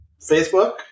Facebook